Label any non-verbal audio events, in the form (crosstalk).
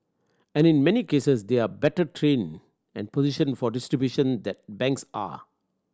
and in many cases they are better (unintelligible) positioned for distribution than banks are